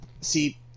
see